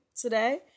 today